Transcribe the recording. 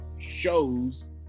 shows